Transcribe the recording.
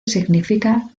significa